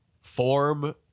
Form